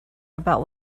about